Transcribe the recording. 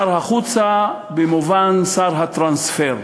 שר החוצה במובן שר הטרנספר.